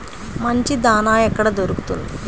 మంచి దాణా ఎక్కడ దొరుకుతుంది?